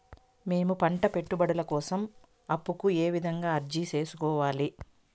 మేము పంట పెట్టుబడుల కోసం అప్పు కు ఏ విధంగా అర్జీ సేసుకోవాలి?